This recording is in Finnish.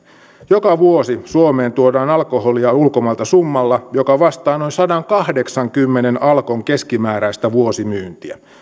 joka vuosi suomeen tuodaan alkoholia ulkomailta summalla joka vastaa noin sadankahdeksankymmenen alkon keskimääräistä vuosimyyntiä